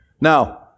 Now